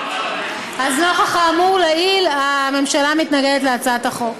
נוכח האמור לעיל, הממשלה מתנגדת להצעת החוק.